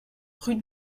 rue